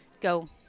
go